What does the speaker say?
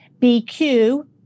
BQ